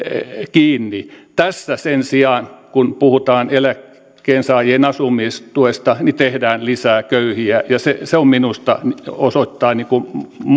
kiinni tässä sen sijaan kun puhutaan eläkkeensaajien asumistuesta tehdään lisää köyhiä ja se minusta osoittaa